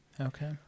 Okay